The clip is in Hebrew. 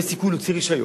יש סיכוי להוציא רשיון.